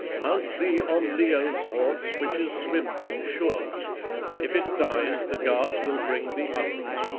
mount thee on leo's horse, which is swift and sure if it dies the guards will bring thee others.